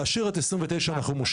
להשאיר את 28, ואת 29 אנחנו מושכים.